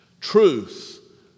Truth